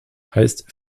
heißt